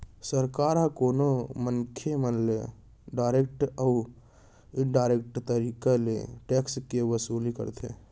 सरकार ह कोनो मनसे मन ले डारेक्ट अउ इनडारेक्ट तरीका ले टेक्स के वसूली करथे